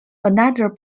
another